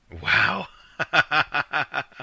Wow